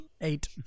eight